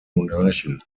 monarchen